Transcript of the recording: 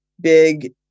big